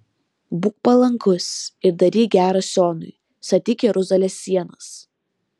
būk palankus ir daryk gera sionui statyk jeruzalės sienas